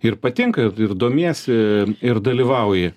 ir patinka ir ir domiesi ir dalyvauji